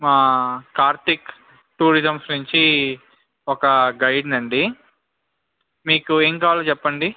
మా కార్తీక్ టూరిజమ్స్ నుంచి ఒక గైడ్నండి మీకు ఏం కావాలి చెప్పండి